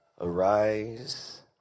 Arise